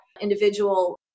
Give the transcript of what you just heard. individual